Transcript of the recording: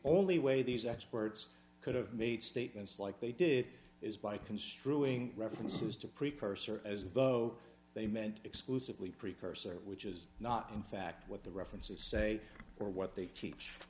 only way these experts could have made statements like they did is by construing references to precursor as though they meant exclusively precursor which is not in fact what the references say or what they teach